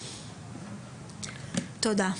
תודה.